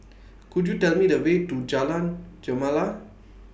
Could YOU Tell Me The Way to Jalan Gemala